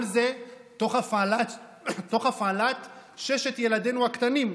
כל זה תוך הפעלת ששת ילדינו הקטנים,